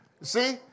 See